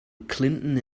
clinton